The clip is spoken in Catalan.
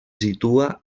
situa